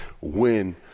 win